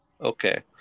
okay